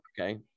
Okay